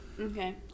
okay